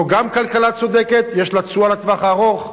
זו גם כלכלה צודקת, ויש לה תשואה לטווח הארוך.